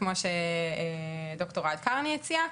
כמו שד"ר אוהד קרני הציע,